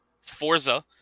Forza